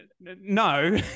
no